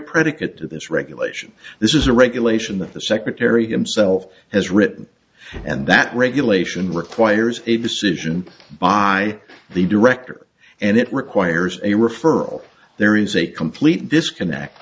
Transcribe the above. predicate to this regulation this is a regulation that the secretary himself has written and that regulation requires a decision by the director and it requires a referral there is a complete disconnect